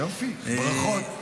יופי, ברכות.